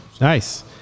Nice